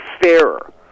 fairer